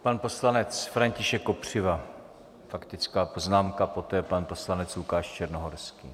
Pan poslanec František Kopřiva, faktická poznámka, poté pan poslanec Lukáš Černohorský.